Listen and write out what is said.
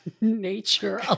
nature